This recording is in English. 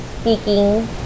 speaking